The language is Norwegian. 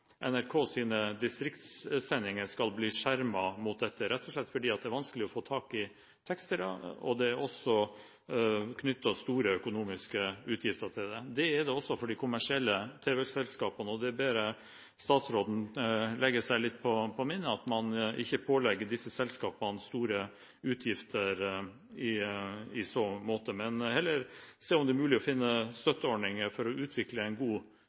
distriktssendinger skal bli skjermet mot dette, rett og slett fordi det er vanskelig å få tak i tekstere. Det er også knyttet store økonomiske utgifter til det. Det er det også for de kommersielle tv-selskapene. Jeg ber statsråden legge seg litt på minne at man ikke pålegger disse selskapene store utgifter i så måte, men heller ser på om det er mulig å finne støtteordninger for å utvikle en god